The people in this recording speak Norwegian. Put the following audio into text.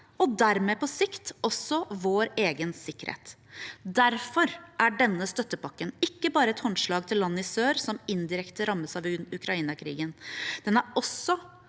og dermed på sikt også vår egen sikkerhet. Derfor er denne støttepakken ikke bare et håndslag til land i sør som indirekte rammes av Ukraina-krigen, den er også